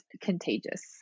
contagious